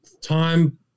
time